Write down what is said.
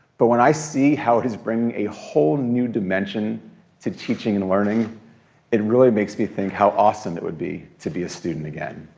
but when i see how it is bringing a whole new dimension to teaching and learning it really makes me think how awesome it would be to be a student again.